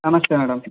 ನಮಸ್ತೆ ಮೇಡಮ್